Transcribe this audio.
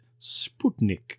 Sputnik